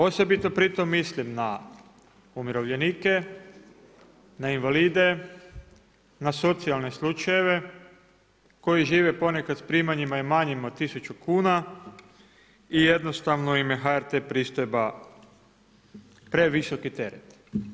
Osobito pri tom mislim na umirovljenike, na invalide, na socijalne slučajeve, koji žive ponekad s primanjima i manjim od 1000 kn i jednostavno im je HRT pristojba previsoki teret.